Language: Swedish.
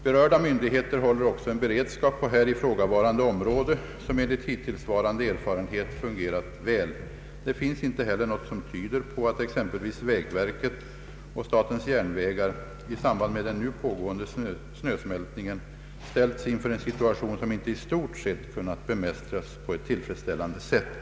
Berörda myndigheter håller också en beredskap på här ifrågavarande område, som enligt hittillsvarande erfarenhet fungerat väl. Det finns inte heller något som tyder på att exempelvis vägverket och statens järnvägar i samband med den nu pågående snösmältningen ställts inför en situation som inte i stort sett kunnat bemästras på ett tillfredsställande sätt.